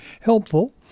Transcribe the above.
helpful